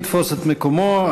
אדוני יתפוס את מקומו.